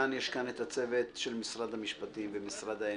יש כאן את הצוות של משרד המשפטים ומשרד האנרגיה,